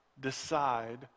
decide